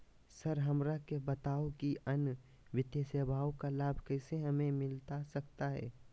Sir हमरा के बताओ कि अन्य वित्तीय सेवाओं का लाभ कैसे हमें मिलता सकता है?